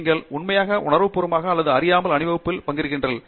நீங்கள் உண்மையாகவே உணர்வுபூர்வமாக அல்லது அறியாமல் அணிவகுப்பில் பங்கேற்கிறீர்கள்